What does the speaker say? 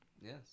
Yes